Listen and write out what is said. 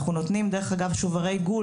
אנחנו נותנים שוברי גול